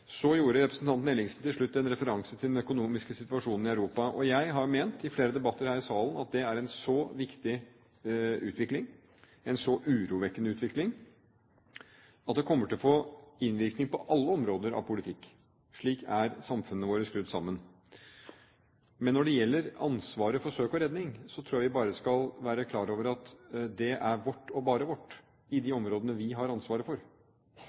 Så hadde representanten Ellingsen en referanse til den økonomiske situasjonen i Europa. Jeg har ment i flere debatter her i salen at det er en så viktig utvikling – en så urovekkende utvikling – at det kommer til å få innvirkning på alle politikkområder. Slik er samfunnene våre skrudd sammen. Men når det gjelder ansvaret for søk og redning, tror jeg vi bare skal være klar over at det er vårt, og bare vårt, i de områdene vi har ansvaret for.